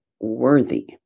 worthy